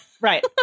Right